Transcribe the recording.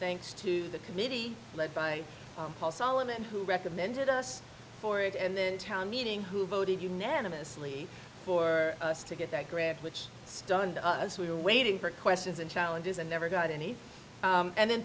thanks to the committee led by paul solomon who recommended us for it and then town meeting who voted unanimously for us to get that grant which stunned us we were waiting for questions and challenges and never got any and then